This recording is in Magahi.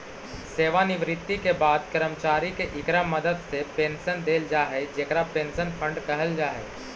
सेवानिवृत्ति के बाद कर्मचारि के इकरा मदद से पेंशन देल जा हई जेकरा पेंशन फंड कहल जा हई